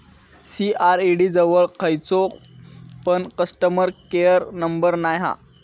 CRED जवळ खयचो पण कस्टमर केयर नंबर नाय हा